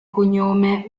cognome